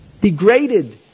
degraded